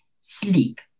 sleep